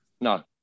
no